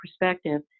perspective